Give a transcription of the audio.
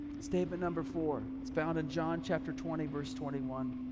statement number four, it's found in john chapter twenty verse twenty one.